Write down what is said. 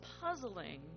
puzzling